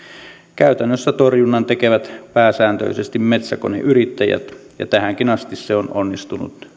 käytännössä torjunnan tekevät pääsääntöisesti metsäkoneyrittäjät ja tähänkin asti se on onnistunut